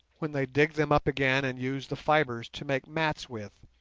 when they dig them up again and use the fibres to make mats with,